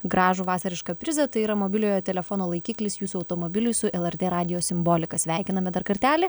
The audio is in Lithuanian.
gražų vasarišką prizą tai yra mobiliojo telefono laikiklis jūsų automobiliui su lrt radijo simbolika sveikiname dar kartelį